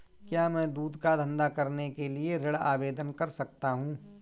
क्या मैं दूध का धंधा करने के लिए ऋण आवेदन कर सकता हूँ?